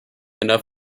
enough